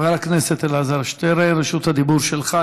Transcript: חבר הכנסת אלעזר שטרן, רשות הדיבור שלך.